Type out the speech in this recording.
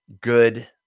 good